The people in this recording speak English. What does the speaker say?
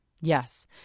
Yes